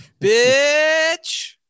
Bitch